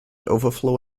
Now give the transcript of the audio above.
overflow